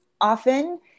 often